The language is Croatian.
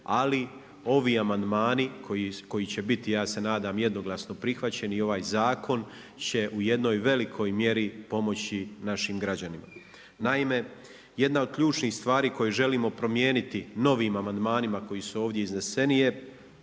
ali ovi amandmani koji će biti ja se nadam jednoglasno prihvaćeni i ovaj zakon će u jednoj velikoj mjeri pomoći našim građanima. Naime, jedna od ključnih stvari koju želimo promijeniti novim amandmanima koji su ovdje izneseni je